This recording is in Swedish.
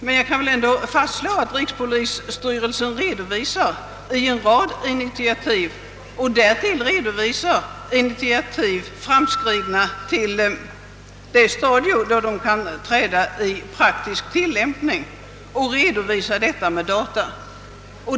Jag vill emellertid ändå fastslå att rikspolisstyrelsen redovisar en rad initiativ, även sådana initiativ, som framskridit så långt att de nått det stadium, då det kan bli fråga om praktisk tillämpning, vilket alit redovisas med data.